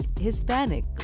Hispanic